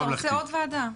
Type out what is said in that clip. אתה רוצה עוד ועדה?